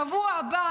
בשבוע הבא,